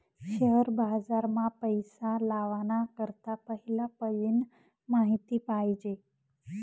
share बाजार मा पैसा लावाना करता पहिला पयीन माहिती पायजे